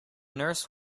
nurse